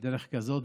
בדרך כזאת,